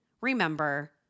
remember